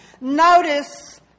notice